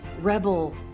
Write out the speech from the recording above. rebel